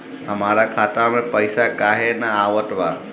हमरा खाता में पइसा काहे ना आवत बा?